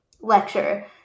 lecture